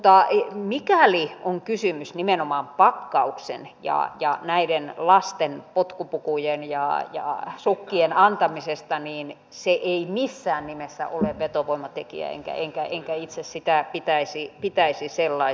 mutta mikäli on kysymys nimenomaan pakkauksen ja näiden lasten potkupukujen ja sukkien antamisesta niin se ei missään nimessä ole vetovoimatekijä enkä itse sitä pitäisi sellaisena